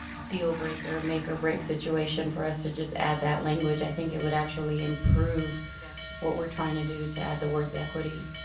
deal breaker, make or break situation for us to just add that language. i think it would actually improve yeah what we're trying to do to add the words equity.